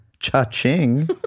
Cha-ching